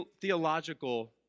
theological